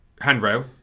Handrail